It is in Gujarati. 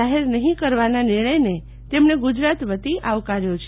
જાહેર નહીં કરવાના નિર્ણયને તેમણે ગુજરાત વતી આવકાર્યો છે